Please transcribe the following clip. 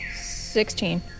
Sixteen